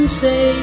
say